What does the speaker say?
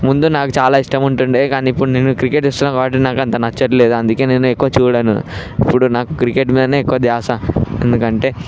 ముందు నాకు చాలా ఇష్టముంటుండే కానీ ఇప్పుడు నేను క్రికెట్ ఇష్టం కాబట్టి నాకు అంత నచ్చట్లేదు అందుకే నేను ఎక్కువ చూడను ఎప్పుడూ నాకు క్రికెట్ మీదనే ఎక్కువ ధ్యాస ఎందుకంటే